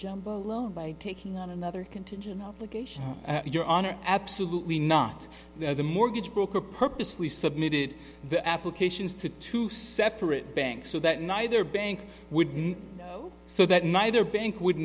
jumbo loan by taking on another contingent obligation your honor absolutely not the mortgage broker purposely submitted the applications to two separate banks so that neither bank would know so that neither bank would